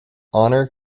honor